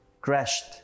Crashed